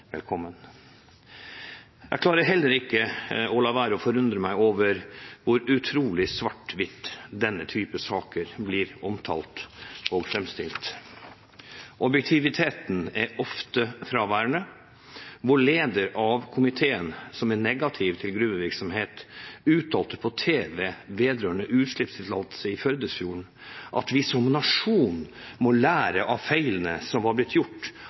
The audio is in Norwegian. velkommen. Jeg klarer heller ikke å la være å forundre meg over hvor utrolig svart-hvitt denne typen saker blir omtalt og framstilt. Objektiviteten er ofte fraværende. Lederen av komiteen, som er negativ til gruvevirksomhet, uttalte på tv vedrørende utslippstillatelse i Førdefjorden at vi som nasjon måtte lære av feilene som var blitt gjort